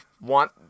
want